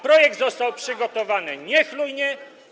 Projekt został przygotowany niechlujnie.